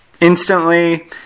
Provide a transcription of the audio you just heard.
instantly